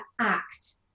act